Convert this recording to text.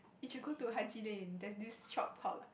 you should go to Haji-Lane there is this shop called lah